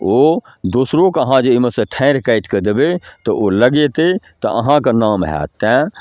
ओ दोसरोके अहाँ जे ओहिमेसँ ठाड़ि काटिकऽ देबै तऽ ओ लगेतै तऽ अहाँके नाम हैत तेँ